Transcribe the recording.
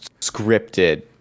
scripted